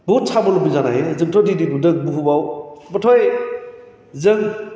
बुहुत जानाय जोंथ' दिनै नुदों बुहुमाव गथै जों